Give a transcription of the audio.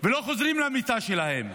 ולא חוזרים למיטה שלהם,